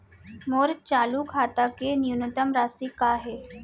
मोर चालू खाता के न्यूनतम राशि का हे?